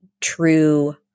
true